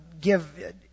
give